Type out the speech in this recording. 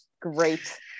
Great